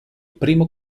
primo